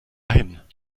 hin